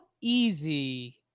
easy